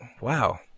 Wow